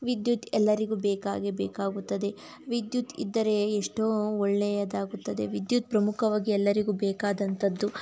ವಿದ್ಯುತ್ ಎಲ್ಲರಿಗೂ ಬೇಕಾಗೇ ಬೇಕಾಗುತ್ತದೆ ವಿದ್ಯುತ್ ಇದ್ದರೆ ಎಷ್ಟೋ ಒಳ್ಳೆಯದಾಗುತ್ತದೆ ವಿದ್ಯುತ್ ಪ್ರಮುಖವಾಗಿ ಎಲ್ಲರಿಗೂ ಬೇಕಾದಂತದ್ದು